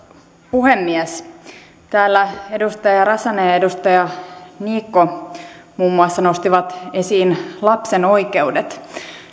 puhemies täällä muun muassa edustaja räsänen ja edustaja niikko nostivat esiin lapsen oikeudet